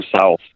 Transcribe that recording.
south